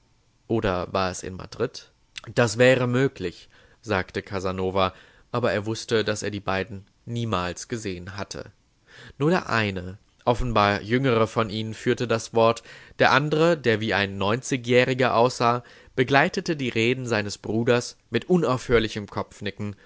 oder war es in madrid das wäre möglich sagte casanova aber er wußte daß er die beiden niemals gesehen hatte nur der eine offenbar jüngere von ihnen führte das wort der andre der wie ein neunzigjähriger aussah begleitete die reden seines bruders mit unaufhörlichem kopfnicken